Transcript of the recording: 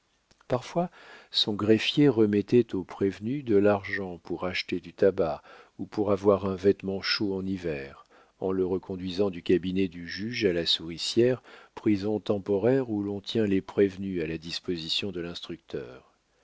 parfois son greffier remettait au prévenu de l'argent pour acheter du tabac ou pour avoir un vêtement chaud en hiver en le reconduisant du cabinet du juge à la souricière prison temporaire où l'on tient les prévenus à la disposition de l'instructeur il